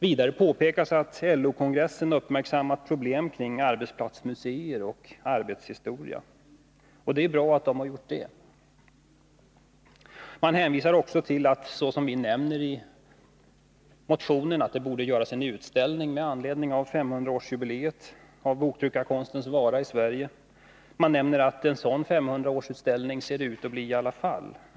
Vidare pekas på att LO-kongressen uppmärksammat problem kring arbetsplatsmuseer och arbetshistoria, och det är bra att detta skett. Man säger också att det, såsom vi nämnt i motionen, borde anordnas en utställning med anledning av 500-årsjubileet av boktryckarkonstens vara i Sverige och man nämner att en sådan 500-årsutställning ser det ut att bli i alla fall.